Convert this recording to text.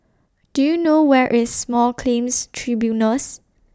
Do YOU know Where IS Small Claims Tribunals